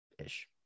ish